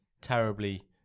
Terribly